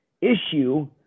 issue